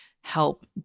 help